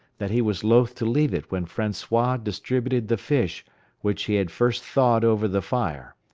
that he was loath to leave it when francois distributed the fish which he had first thawed over the fire.